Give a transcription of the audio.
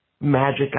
magic